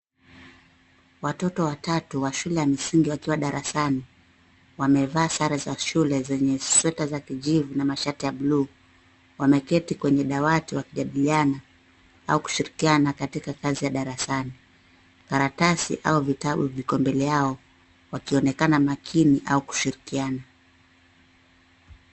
Watotot watatu wa shule ya msingi wakiwa darasani. Wamevaa sare za shule zenye sweta za kijivu na mashati ya buluu. Wameketi kwenye dawati wakijadiliana au kushirikiana katika kazi ya darasani. Karatasi au vitabu viko mbele yao wakionekana makini au kushirikiana.